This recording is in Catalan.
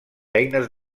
eines